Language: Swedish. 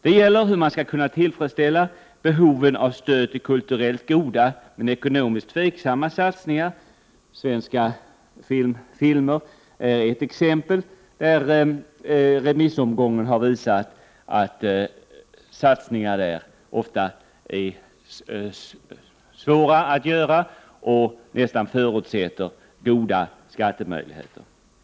Det gäller hur man skall kunna tillfredsställa behoven av stöd till kulturellt goda men ekonomiskt tveksamma satsningar, t.ex. svenska filmer, där remissomgången har visat att satsningar på detta område är svåra att göra och nästan förutsätter goda möjligheter till skatteavdrag.